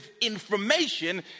information